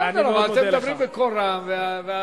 אנחנו תומכים בכל דבריו של חבר הכנסת אקוניס.